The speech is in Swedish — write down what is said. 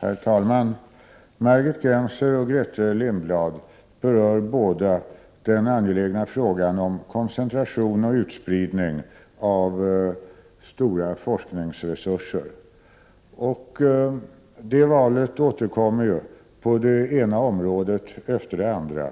Herr talman! Margit Gennser och Grethe Lundblad berör båda den angelägna frågan om koncentration och utspridning av stora forskningsresurser. Det valet återkommer på det ena området efter det andra,